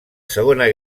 segona